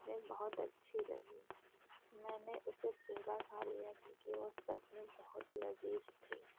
میں بہت اچھی لگی میں نے اسے پورا کھا لیا کیوں کہ وہ سچ میں بہت لذیذ تھی